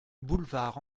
boulevard